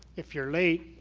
if you're late,